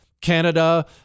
Canada